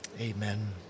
amen